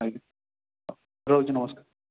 ଆଜ୍ଞା ରହୁଛି ନମସ୍କାର